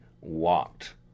walked